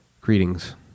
greetings